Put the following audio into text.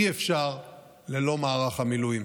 אי-אפשר ללא מערך המילואים.